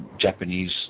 Japanese